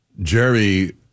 Jerry